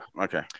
okay